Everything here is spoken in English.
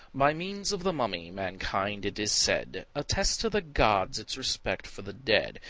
by means of the mummy, mankind, it is said, attests to the gods its respect for the dead.